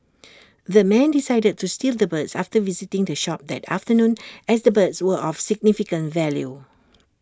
the men decided to steal the birds after visiting the shop that afternoon as the birds were of significant value